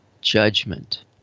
judgment